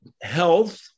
health